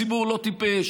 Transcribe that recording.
הציבור לא טיפש.